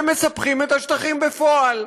הם מספחים את השטחים בפועל.